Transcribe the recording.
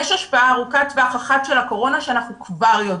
יש השפעה ארוכת טווח אחת של הקורונה שאנחנו כבר יודעים.